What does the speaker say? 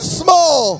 small